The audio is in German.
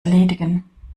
erledigen